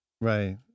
Right